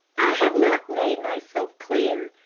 have not made myself clear.